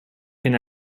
can